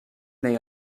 they